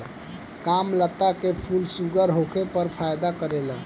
कामलता के फूल शुगर होखे पर फायदा करेला